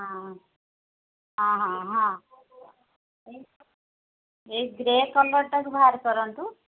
ହଁ ହଁ ହଁ ହଁ ଏଇ ଗ୍ରେ କଲର୍ଟାକୁ ବାହାର କରନ୍ତୁ